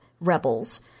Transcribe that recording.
Rebels